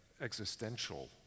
existential